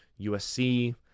USC